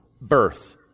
birth